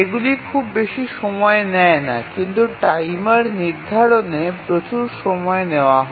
এগুলি খুব বেশি সময় নেয় না কিন্তু টাইমার নির্ধারণে প্রচুর সময় নেওয়া হয়